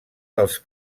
dels